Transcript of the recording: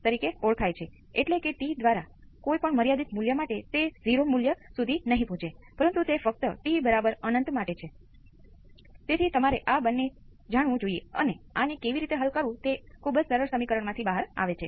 ખરેખર આ માત્ર ટાઈમ કોંસ્ટંટ છે જો અહીં ગુણાંક 1 હોય પરંતુ મેં તેને તે રીતે સામાન્ય બનાવ્યું છે